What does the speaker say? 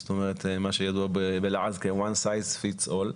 זאת אומרת מה שידוע בלעז כ-one size fits all.